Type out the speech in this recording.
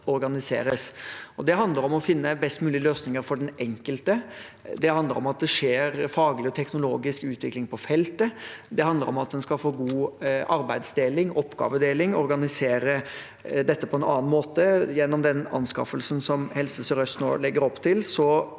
Det handler om å finne best mulig løsninger for den enkelte. Det handler om at det skjer faglig og teknologisk utvikling på feltet. Det handler om at en skal få god arbeidsdeling, oppgavedeling, og organisere dette på en annen måte. Gjennom den anskaffelsen som Helse sør-øst nå legger opp til,